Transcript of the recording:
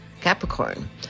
Capricorn